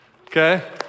Okay